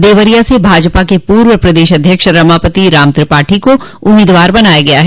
देवरिया से भाजपा के पूर्व प्रदेश अध्यक्ष रमापति राम त्रिपाठी को उम्मीदवार बनाया गया है